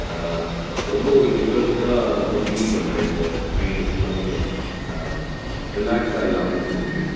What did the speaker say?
இப்போ ரொம்ப ஒரு டிப்ரெஸ்ஸுடாக ரொம்ப ஃபீல் பண்ணுறேங்க சார் மைண்டு ஃபுல்லாக கொஞ்சம் ரிலாக்ஸாக இல்லாமல் இருக்குதுங்க